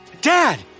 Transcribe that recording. Dad